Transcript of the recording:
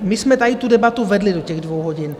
My jsme tady tu debatu vedli do dvou hodin.